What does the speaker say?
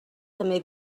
també